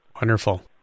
Wonderful